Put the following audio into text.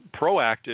proactive